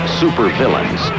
supervillains